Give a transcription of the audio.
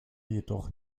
jedoch